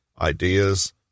ideas